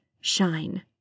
shine